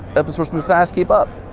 episodes move fast, keep up.